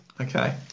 okay